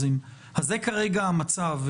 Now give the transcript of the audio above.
זה כרגע המצב.